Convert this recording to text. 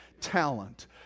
talent